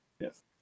Yes